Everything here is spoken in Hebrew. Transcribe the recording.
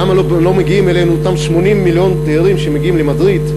למה לא מגיעים אלינו אותם 80 מיליון תיירים שמגיעים למדריד,